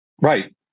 Right